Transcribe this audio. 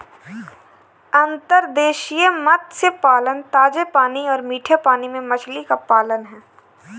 अंतर्देशीय मत्स्य पालन ताजे पानी और मीठे पानी में मछली का पालन है